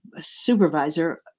supervisor